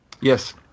Yes